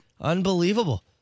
Unbelievable